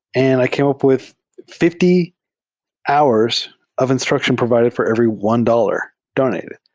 and i came up with fifty hours of instruction provided for every one dollars donated.